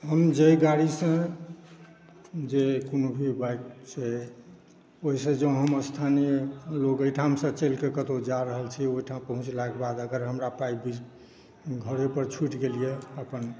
हम जे गाड़ीसं जे कोनो भी बाइक छै ओहिसॅं जँ हम स्थानीय लोग ओहिठामसॅं चलिक कतौ जा रहल छै ओहिठाम पहुँचलाक बाद अगर हमरा पाइ घरे पर छूटि गेल यऽ अपन